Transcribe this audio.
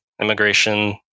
Immigration